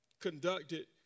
conducted